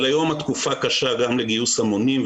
אבל היום התקופה קשה גם לגיוס המונים,